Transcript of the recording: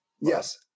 Yes